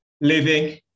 living